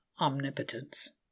omnipotence